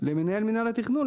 למנהל מינהל התכנון,